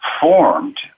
formed